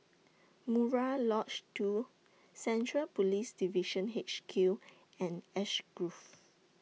Murai Lodge two Central Police Division H Q and Ash Grove